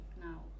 now